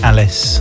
Alice